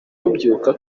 tubyuka